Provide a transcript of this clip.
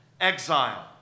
exile